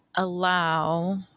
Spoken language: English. allow